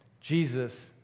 Jesus